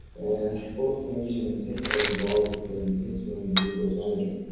and both magnesium and zinc are involved in insulin and glucose management.